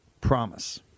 promise